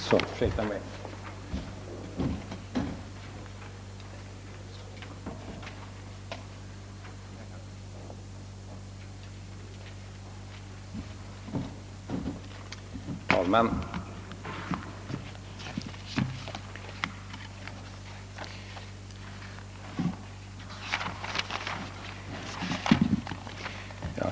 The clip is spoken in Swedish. Herr talman!